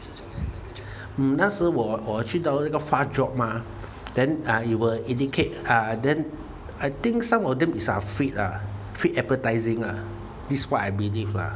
那时我去到那个 Fastjob mah then uh you will indicate uh then I think some of them is uh fake uh fake advertising uh this what I believe lah